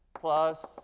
plus